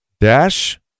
Dash